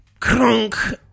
Crunk